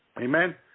Amen